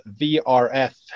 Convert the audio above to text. VRF